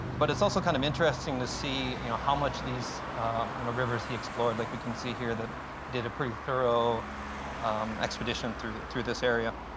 but it's also kind of interesting to see you know how much these you know rivers he explored. like we can see here that he did a pretty thorough expedition through through this area.